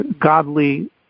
godly